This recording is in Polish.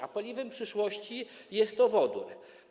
A paliwem przyszłości jest wodór.